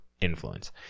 influence